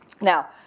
Now